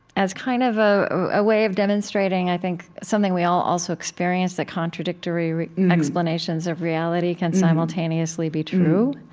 as kind of a way of demonstrating, i think something we all also experience, that contradictory explanations of reality can simultaneously be true